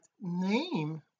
name